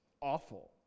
awful